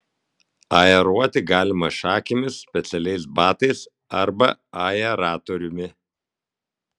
aeruoti galima šakėmis specialiais batais arba aeratoriumi